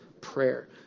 prayer